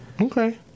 Okay